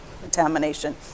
contamination